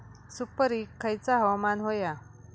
सुपरिक खयचा हवामान होया?